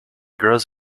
grows